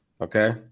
okay